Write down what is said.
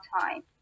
time